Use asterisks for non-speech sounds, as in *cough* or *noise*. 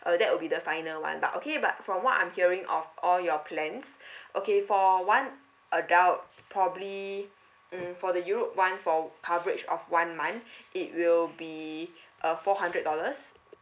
uh that will be the final [one] but okay but from what I'm hearing of all your plan *breath* okay for one adult probably mm for the europe [one] for coverage of one month it will be uh four hundred dollars